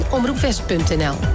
Omroepwest.nl